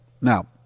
Now